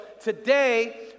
today